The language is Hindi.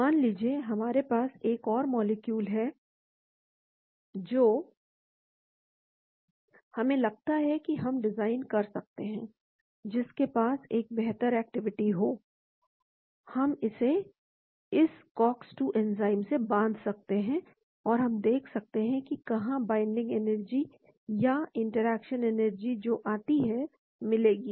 मान लीजिए हमारे पास एक और मॉलिक्यूल है जो हमें लगता है कि हम डिजाइन कर सकते हैं जिसके पास एक बेहतर एक्टिविटी हो हम इसे इस कॉक्स 2 एंजाइम से बांध सकते हैं और हम देख सकते हैं कि कहां बाइंडिंग एनर्जी या इंटरैक्शन एनर्जी जो आती है मिलेगी